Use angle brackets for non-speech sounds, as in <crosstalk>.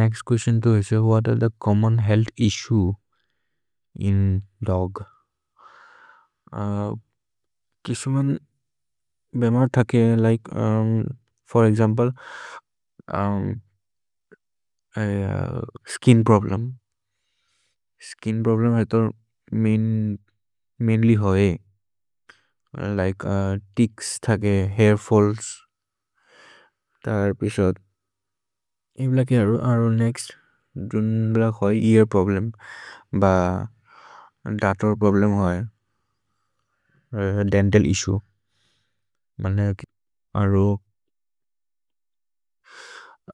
Next question तो is, what are the common health issues in dogs? किसुमन् बेमर् थके like, for example, <hesitation> skin problem. Skin problem है तो मैन्ल्य् होइ, लिके तिच्स् थके, हैर् फल्ल्स्, तर् प्रिशोद्। एविल के अरो? अरो नेक्स्त्। एविल होइ एअर् प्रोब्लेम्, ब दतोर् प्रोब्लेम् होइ, देन्तल् इस्सुए। मने अरो?